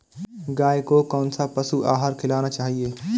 गाय को कौन सा पशु आहार खिलाना चाहिए?